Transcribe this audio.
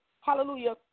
hallelujah